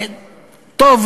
טוב,